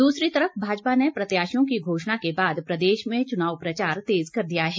दूसरी तरफ भाजपा ने प्रत्याशियों की घोषणा के बाद प्रदेश में चुनाव प्रचार तेज कर दिया है